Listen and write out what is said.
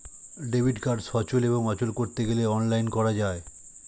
debit card সচল এবং অচল করতে গেলে অনলাইন করা যায়